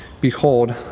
behold